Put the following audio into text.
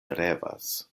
revas